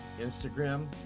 Instagram